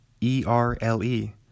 E-R-L-E